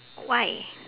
why